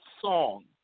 song